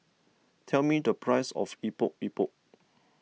tell me the price of Epok Epok